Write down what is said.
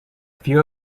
few